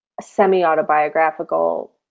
semi-autobiographical